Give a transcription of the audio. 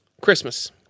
Christmas